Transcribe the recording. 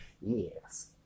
Yes